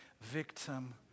Victim